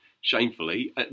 shamefully